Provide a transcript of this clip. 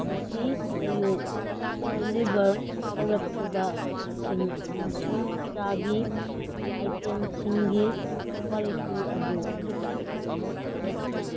ꯉꯁꯤ ꯑꯌꯨꯛ ꯗꯤꯂꯤꯚꯔ ꯇꯧꯔꯛꯈꯤꯕ ꯃꯁꯤꯡ ꯑꯃꯁꯨꯡ ꯆꯥꯒꯤ ꯑꯥꯏꯇꯦꯝꯁꯤꯡꯒꯤ ꯀ꯭ꯋꯥꯂꯤꯇꯤ ꯑꯗꯨ ꯑꯗꯨꯛꯀꯤ ꯃꯇꯤꯛ ꯐꯠꯇꯦ